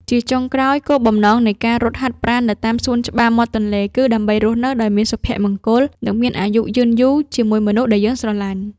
ជាចុងក្រោយ គោលបំណងនៃការរត់ហាត់ប្រាណនៅតាមសួនច្បារមាត់ទន្លេគឺដើម្បីរស់នៅដោយមានសុភមង្គល និងមានអាយុយឺនយូរជាមួយមនុស្សដែលយើងស្រឡាញ់។